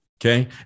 Okay